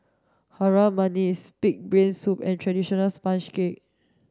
Harum Manis pig brain soup and traditional sponge cake